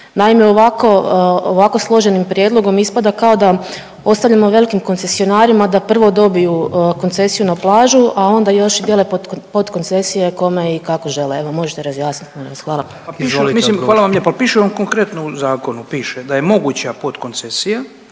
ovako, ovako složenim prijedlogom ispada kao da ostavljamo velikim koncesionarima da prvo dobiju koncesiju na plažu, a onda još i dijele podkoncesije kome i kako žele, evo možete razjasnit molim vas, hvala. **Jandroković, Gordan (HDZ)** Izvolite odgovor.